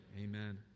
amen